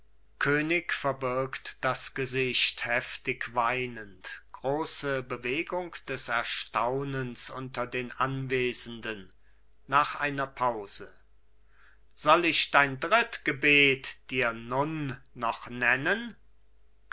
könig verbirgt das gesicht heftig weinend große bewegung des erstaunens unter den anwesenden nach einer pause soll ich dein dritt gebet dir nun noch nennen